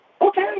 okay